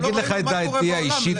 --- מה קורה בעולם.